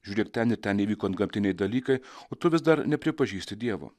žiūrėk ten ir ten įvyko antgamtiniai dalykai o tu vis dar nepripažįsti dievo